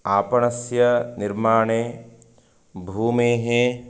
आपणस्य निर्माणे भूमेः